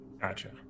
Gotcha